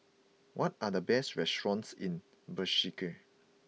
what are the best restaurants in Bishkek